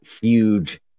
huge